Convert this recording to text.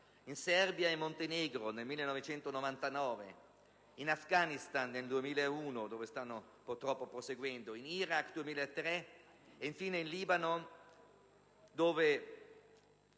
in Serbia e in Montenegro nel 1999, in Afghanistan nel 2001 (dove stanno purtroppo proseguendo), in Iraq nel 2003 e, infine, in Libano, dove